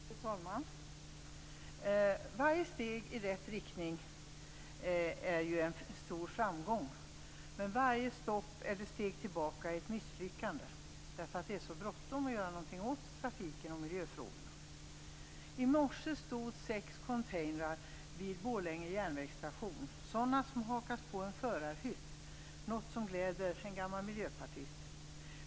Fru talman! Varje steg i rätt riktning är en stor framgång, men varje stopp eller steg tillbaka är ett misslyckande, därför att det är så bråttom att göra någonting åt trafiken och miljöfrågorna. I morse stod sex containrar vid Borlänge järnvägsstation, sådana som hakas på en förarhytt - något som gläder en gammal miljöpartist.